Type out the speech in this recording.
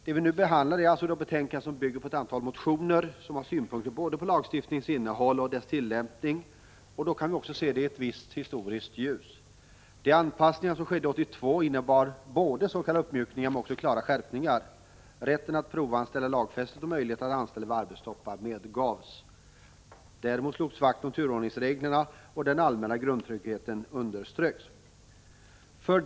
Vad vi nu har att behandla är ett betänkande som bygger på ett antal motioner med synpunkter på både lagstiftningens innehåll och dess tillämpning, och vi kan också se det i ett visst historiskt ljus. De anpassningar som skedde 1982 innebar både s.k. uppmjukningar och klara skärpningar. Rätten att provanställa lagfästes och möjlighet att anställa vid arbetstoppar medgavs. Däremot slogs vakt om turordningsreglerna och den allmänna grundtryggheten underströks.